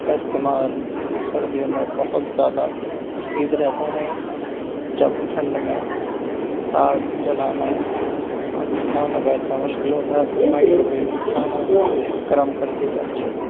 اس کا استعمال سردیوں میں بہت زیادہ مفید رہتا ہے جب ٹھنڈ میں آگ جلانا آگ کے سامنے بیٹھنا مشکل ہوتا ہے تو مائیکرو ویو کھانا گرم کرتی ہے اچھے سے